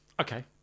okay